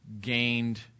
gained